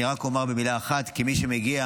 אני רק אומר במילה אחת, כמי שמגיע